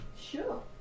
Sure